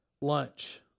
lunch